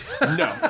No